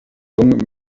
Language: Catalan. gong